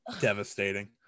devastating